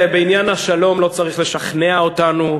בעניין השלום לא צריך לשכנע אותנו,